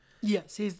Yes